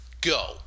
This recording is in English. go